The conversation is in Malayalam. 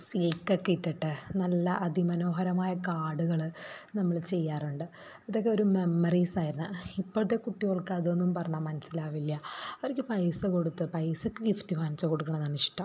സിൽക്കൊക്കെ ഇട്ടിട്ട് നല്ല അതി മനോഹരമായ കാർഡുക നമ്മൾ ചെയ്യാറുണ്ട് അതൊക്കെ ഒരു മെമ്മറീസായിരുന്നു ഇപ്പോഴത്തെ കുട്ട്യോൾക്ക് അതൊന്നും പറഞ്ഞാൽ മനസ്സിലാകില്ല അവർക്ക് പൈസ കൊടുത്ത് പൈസക്ക് ഗിഫ്റ്റ് വാങ്ങിച്ചു കൊടുക്കണതാണിഷ്ടം